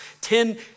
ten